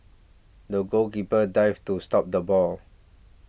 the goalkeeper dived to stop the ball